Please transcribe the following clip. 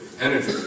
energy